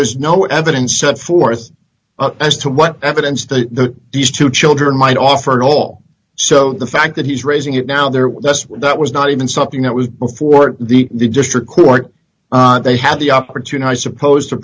was no evidence set forth as to what evidence the these two children might offer at all so the fact that he's raising it now they're just that was not even something that was before the district court they had the opportunity i suppose t